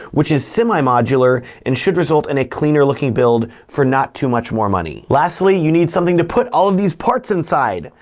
which is semi modular and should result in a cleaner looking build for not too much more money. lastly, you need something to put all of these parts inside,